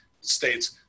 states